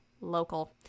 local